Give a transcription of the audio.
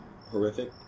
horrific